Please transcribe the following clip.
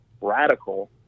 radical